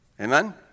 Amen